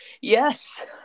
yes